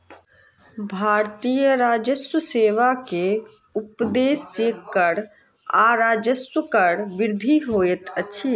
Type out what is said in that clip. भारतीय राजस्व सेवा के उदेश्य कर आ राजस्वक वृद्धि होइत अछि